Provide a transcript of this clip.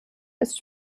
ist